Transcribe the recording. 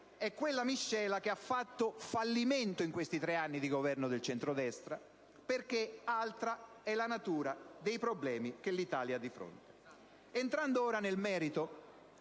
è quella che ha fatto fallimento negli ultimi tre anni di governo del centrodestra, perché altra è la natura dei problemi che l'Italia ha di fronte. Entrando nel merito,